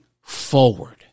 forward